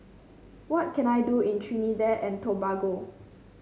what can I do in Trinidad and Tobago